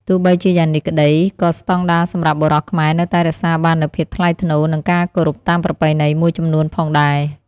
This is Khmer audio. ទោះបីជាយ៉ាងនេះក្តី ក៏ស្តង់ដារសម្រស់បុរសខ្មែរនៅតែរក្សាបាននូវភាពថ្លៃថ្នូរ និងការគោរពតាមប្រពៃណីមួយចំនួនផងដែរ។